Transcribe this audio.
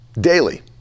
daily